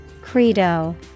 Credo